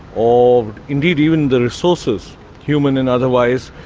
or indeed even their resources, human and otherwise,